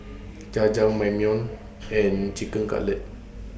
Jajangmyeon and Chicken Cutlet